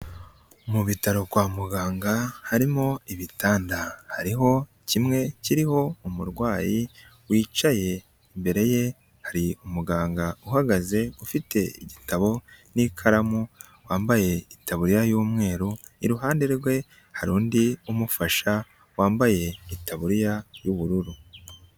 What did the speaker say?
Mu bitaro kwa muganga harimo ibitanda hariho kimwe kiriho umurwayi wicaye imbere ye hari umuganga uhagaze ufite igitabo n'ikaramu wambaye itaburiya y'umweru, iruhande rwe hari undi umufasha wambaye itaburiya y'ubururu.